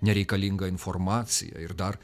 nereikalinga informacija ir dar